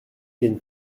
gagnes